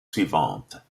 suivantes